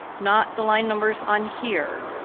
not the line numbers on here.